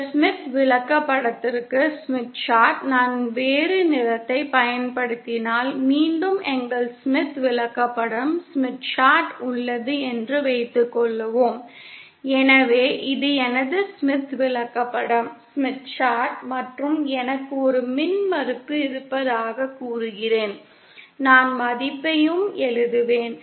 இந்த ஸ்மித் விளக்கப்படத்திற்கு நான் வேறு நிறத்தைப் பயன்படுத்தினால் மீண்டும் எங்கள் ஸ்மித் விளக்கப்படம் உள்ளது என்று வைத்துக்கொள்வோம் எனவே இது எனது ஸ்மித் விளக்கப்படம் மற்றும் எனக்கு ஒரு மின்மறுப்பு இருப்பதாகக் கூறுகிறேன் நான் மதிப்பையும் எழுதுவேன்